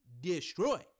destroy